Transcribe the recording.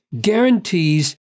guarantees